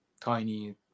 tiny